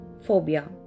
phobia